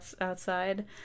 outside